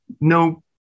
no